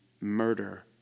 murder